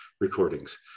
recordings